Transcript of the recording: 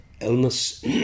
illness